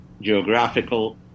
geographical